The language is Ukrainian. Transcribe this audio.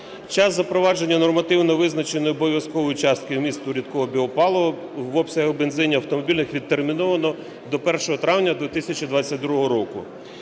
час запровадження нормативно визначеної обов'язкової частки вмісту рідкого біопалива в обсязі бензинів автомобільних відтерміновано до 1 травня 2022 року.